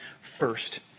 first